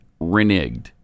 reneged